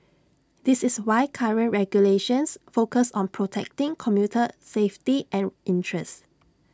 this is why current regulations focus on protecting commuter safety and interests